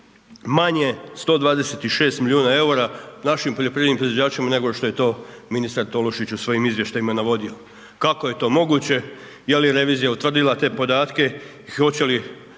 manje 126 milijuna eura našim poljoprivrednim proizvođačima nego što je to ministar Tolušić u svojim izvještajima navodio. Kako je to moguće, je li revizija utvrdila te podatke,